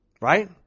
right